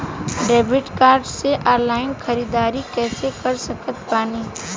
Debit card से online ख़रीदारी कैसे कर सकत बानी?